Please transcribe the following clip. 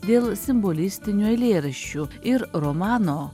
dėl simbolistinių eilėraščių ir romano